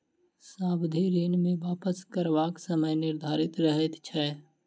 सावधि ऋण मे वापस करबाक समय निर्धारित रहैत छै